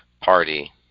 party